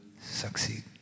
succeed